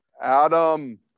Adam